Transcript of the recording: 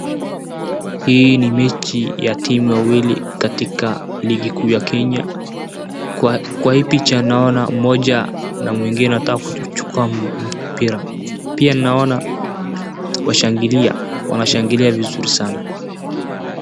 Hii ni mechi ya timu wawili katika ligi kuu ya Kenya . Kwa hii picha naona mmoja na mwingine anataka kuchukua mpira, pia naona washangilia wanashangilia vizuri Sana.